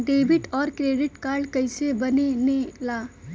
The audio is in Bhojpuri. डेबिट और क्रेडिट कार्ड कईसे बने ने ला?